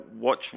watch